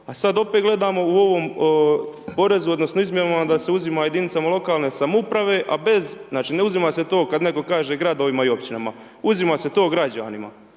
a sada opet gledamo u ovom porezu, odnosno, izmjenama da se uzima jedinicama lokalne samouprave a bez, znači ne uzima se to kada netko kaže gradovima i općinama, uzima se to građanima.